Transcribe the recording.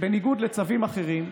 לצווים אחרים,